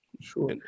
Sure